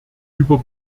über